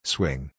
Swing